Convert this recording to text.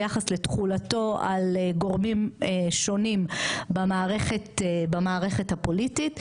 ביחס לתחולתו על גורמים שונים במערכת הפוליטית,